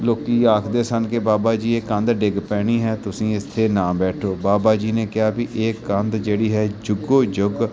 ਲੋਕੀ ਆਖਦੇ ਸਨ ਕਿ ਬਾਬਾ ਜੀ ਇਹ ਕੰਧ ਡਿੱਗ ਪੈਣੀ ਹੈ ਤੁਸੀਂ ਇਸ 'ਤੇ ਨਾ ਬੈਠੋ ਬਾਬਾ ਜੀ ਨੇ ਕਿਹਾ ਵੀ ਇਹ ਕੰਧ ਜਿਹੜੀ ਹੈ ਜੁਗੋ ਜੁਗ